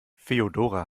feodora